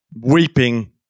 weeping